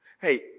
Hey